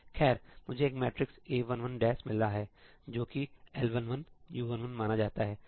खैर मुझे एक मैट्रिक्स A11 मिला है जो कि L11 U11 माना जाता है